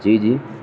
جی جی